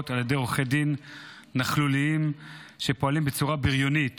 על ידי עורכי דין נכלוליים שפועלים בצורה בריונית